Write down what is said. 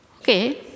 Okay